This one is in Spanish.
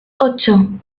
ocho